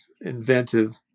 inventive